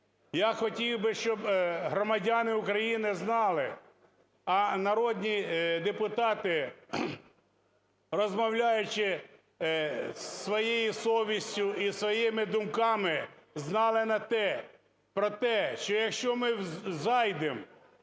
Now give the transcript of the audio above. Я хотів би, щоб громадяни України знали, а народні депутати, розмовляючи зі своєю совістю, зі своїми думками, знали про те, що якщо ми зайдемо